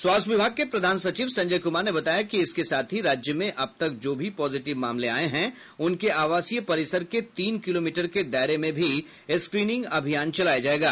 स्वास्थ्य विभाग के प्रधान सचिव संजय कुमार ने बताया कि इसके साथ ही राज्य में अब तक जो भी पॉजिटिव मामले आये हैं उनके आवासीय परिसर के तीन किलोमीटर के दायरे में भी स्क्रीनिंग अभियान चलाया जायेगा